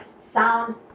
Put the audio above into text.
sound